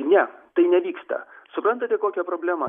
ne tai nevyksta suprantate kokia problema